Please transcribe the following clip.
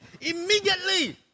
immediately